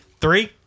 Three